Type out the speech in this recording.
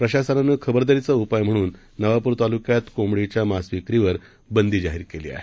प्रशासनानंखबरदारीचाउपायम्हणुननवापुरतालुक्यातकोंबडीच्यामासविक्रीवरबंदीजाहीरकेलीआहे